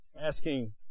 asking